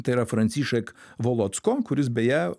tai yra francišek volocko kuris beje